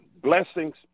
Blessings